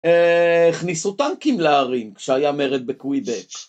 ‫הכניסו טנקים להרים ‫כשהיה מרד בקוויבק.